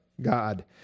God